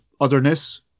otherness